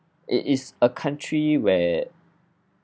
it is a country where